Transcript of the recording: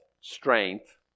strength